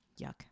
yuck